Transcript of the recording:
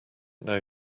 know